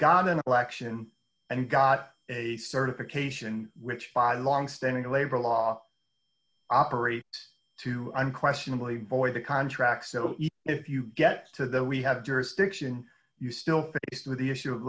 got an election and got a certification which by longstanding labor law operate to unquestionably void the contract so if you get to that we have jurisdiction you still faced with the issue of